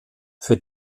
für